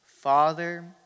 Father